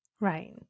Right